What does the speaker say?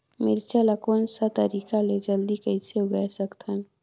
मिरचा ला कोन सा तरीका ले जल्दी कइसे उगाय सकथन?